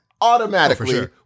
automatically